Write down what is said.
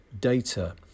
data